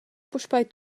puspei